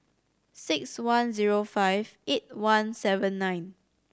six one zero five eight one seven nine